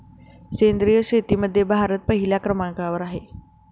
सेंद्रिय शेतीमध्ये भारत पहिल्या क्रमांकावर आहे